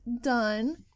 done